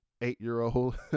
eight-year-old